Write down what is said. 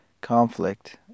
conflict